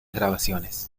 grabaciones